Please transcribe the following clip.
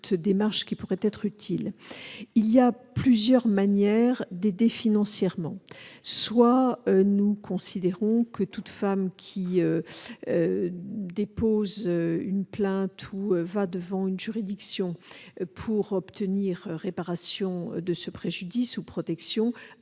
Il y a plusieurs manières de les aider financièrement. Soit nous considérons que toute femme qui dépose une plainte ou va devant une juridiction pour obtenir réparation de son préjudice ou protection